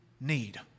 need